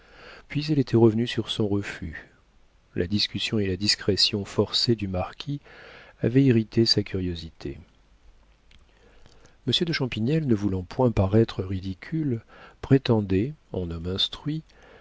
puis elle était revenue sur son refus la discussion et la discrétion forcée du marquis avaient irrité sa curiosité monsieur de champignelles ne voulant point paraître ridicule prétendait en homme instruit